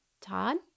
Todd